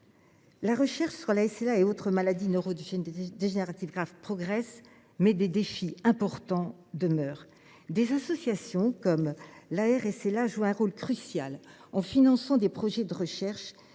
La recherche sur la SLA et autres maladies neurodégénératives graves progresse, mais des défis importants demeurent. Des associations comme l’Arsla jouent un rôle crucial en finançant des projets de recherche,